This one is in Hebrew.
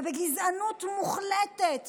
ובגזענות מוחלטת